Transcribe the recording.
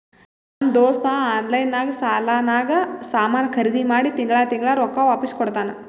ನಮ್ ದೋಸ್ತ ಆನ್ಲೈನ್ ನಾಗ್ ಸಾಲಾನಾಗ್ ಸಾಮಾನ್ ಖರ್ದಿ ಮಾಡಿ ತಿಂಗಳಾ ತಿಂಗಳಾ ರೊಕ್ಕಾ ವಾಪಿಸ್ ಕೊಡ್ತಾನ್